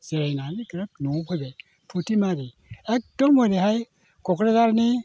जिरायनानै ग्रोब न'आव फैबाय फुथिमारि एखदम ओरैहाय क'क्राझारनि